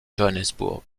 johannesburg